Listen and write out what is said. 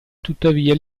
tuttavia